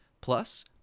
plus